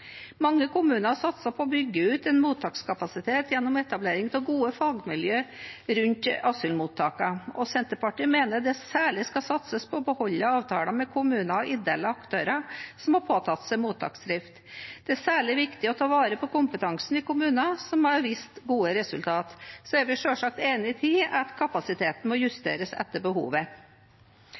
Mange kommuner har satset på å bygge ut en mottakskapasitet gjennom etablering av gode fagmiljø rundt asylmottakene, og Senterpartiet mener det særlig skal satses på å beholde avtaler med kommuner og ideelle aktører som har påtatt seg mottaksdrift. Det er særlig viktig å ta vare på kompetansen i kommuner som har vist gode resultat. Så er vi selvsagt enig i at kapasiteten må justeres etter behovet.